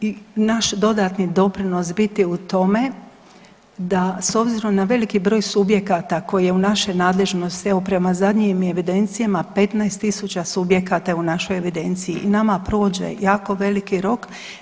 Mi vidimo da će naš dodatni doprinos biti u tome da s obzirom na veliki broj subjekata koje je u našoj nadležnosti, evo prema zadnjim je evidencijama 15000 subjekata je u našoj evidenciji i nama prođe jako veliki rok.